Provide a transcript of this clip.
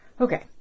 Okay